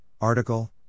Article